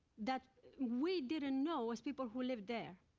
that we didn't know, as people who lived there.